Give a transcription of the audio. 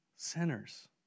Sinners